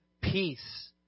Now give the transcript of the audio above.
peace